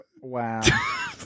Wow